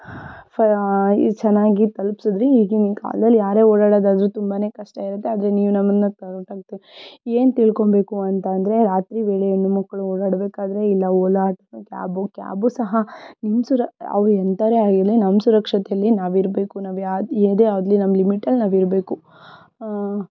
ಚನ್ನಾಗಿ ತಲುಪಿಸಿದಿರಿ ಈಗಿನ ಕಾಲದಲ್ಲಿ ಯಾರೇ ಓಡಾಡೋದಾದರೂ ತುಂಬಾನೇ ಕಷ್ಟ ಇರುತ್ತೆ ಆದರೆ ನೀವು ನಮ್ಮನ್ನು ಏನು ತಿಳ್ಕೊಂಬೇಕು ಅಂತ ಅಂದರೆ ರಾತ್ರಿ ವೇಳೆ ಹೆಣ್ಣುಮಕ್ಕಳು ಓಡಾಡಬೇಕಾದರೆ ಇಲ್ಲಾ ಓಲಾ ಕ್ಯಾಬ್ ಕ್ಯಾಬ್ ಸಹ ನಿಮ್ಮ ಸುರ ಅವರು ಎಂಥವರೇ ಆಗಿರಲಿ ನಮ್ಮ ಸುರಕ್ಷತೆಯಲ್ಲಿ ನಾವಿರಬೇಕು ನಾವು ಯಾವ ಯಾವ್ದೇ ಆಗಲಿ ನಮ್ಮ ಲಿಮಿಟಲ್ಲಿ ನಾವಿರಬೇಕು